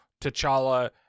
T'Challa